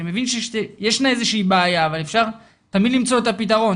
אני מבין שישנה איזושהי בעיה אבל אפשר תמיד למצוא את הפתרון.